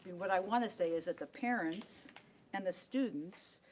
and what i want to say is that the parents and the students,